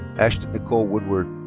ashton nicole woodward.